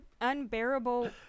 unbearable